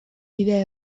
bidea